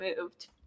moved